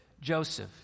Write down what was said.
Joseph